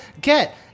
get